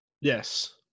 Yes